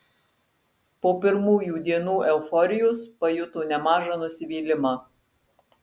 po pirmųjų dienų euforijos pajuto nemažą nusivylimą